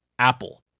Apple